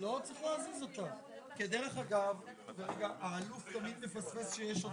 אנחנו צריכים 2.5 עד 2.400 מיליון שקלים ואת זה אנחנו לא